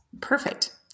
Perfect